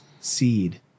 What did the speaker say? seed